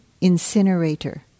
incinerator